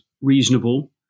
reasonable